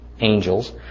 angels